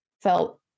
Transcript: felt